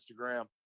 Instagram